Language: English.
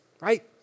right